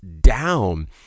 down